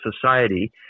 society